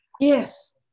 Yes